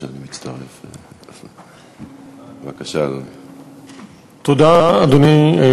בבקשה, אדוני.